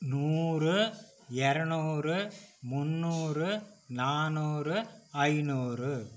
நூறு இரநூறு முன்னூறு நானூறு ஐநூறு